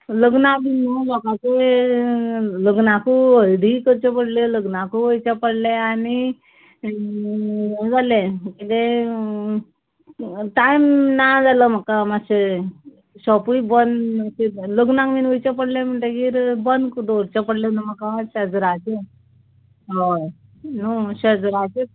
लग्नां बी न्हय लोकागे लग्नाकूं हळडीय करचें पडलें लग्नाकू वयचें पडलें आनी हें जालें किदें टायम ना जालो म्हाका माश्शें शॉपूय बंद माश्शें लग्नांग बी वयचें पडलें म्हणटगीर बंद क दोवरचें पडलें न्हय म्हाका शेज्राचें हय न्हय शेज्राचें